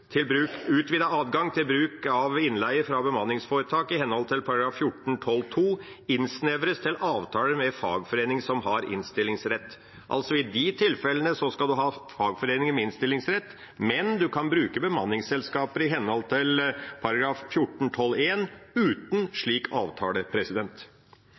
til bruk av innleie fra bemanningsforetak i henhold til § 14-12 innsnevres til avtaler med fagforening som har innstillingsrett. I de tilfellene skal en altså ha fagforening med innstillingsrett, men en kan bruke bemanningsselskaper i henhold § 14-12 uten